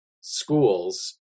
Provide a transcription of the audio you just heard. schools